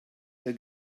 der